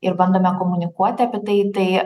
ir bandome komunikuoti apie tai tai